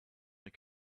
they